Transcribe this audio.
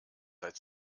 seit